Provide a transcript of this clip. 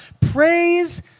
praise